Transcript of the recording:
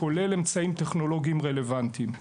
כולל אמצעים טכנולוגיים רלוונטיים.